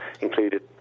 included